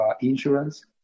insurance